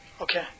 Okay